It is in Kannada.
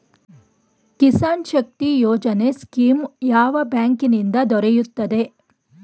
ಕಿಸಾನ್ ಶಕ್ತಿ ಯೋಜನೆ ಸ್ಕೀಮು ಯಾವ ಬ್ಯಾಂಕಿನಿಂದ ದೊರೆಯುತ್ತದೆ?